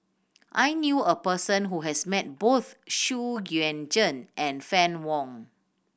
I knew a person who has met both Xu Yuan Zhen and Fann Wong